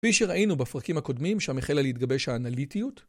כפי שראינו בפרקים הקודמים, שם החלה להתגבש האנליטיות.